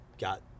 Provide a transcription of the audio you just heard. got